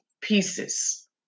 pieces